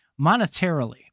monetarily